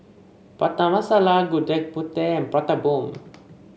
Prata Masala Gudeg Putih and Prata Bomb